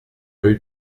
rue